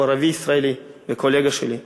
הוא ערבי-ישראלי וקולגה שלי.